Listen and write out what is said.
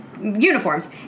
Uniforms